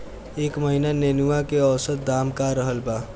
एह महीना नेनुआ के औसत दाम का रहल बा?